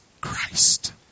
Christ